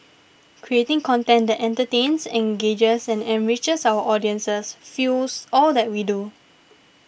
creating content that entertains engages and enriches our audiences fuels all that we do